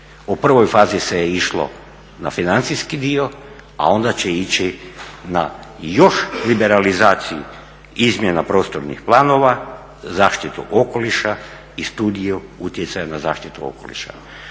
U prvoj fazi se je išlo na financijski dio a onda će ići na još liberalizaciju izmjena prostornih planova, zaštitu okoliša i studiju utjecaja na zaštitu okoliša.